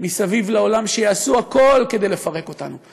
מסביב לעולם שיעשו הכול כדי לפרק אותנו.